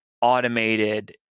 automated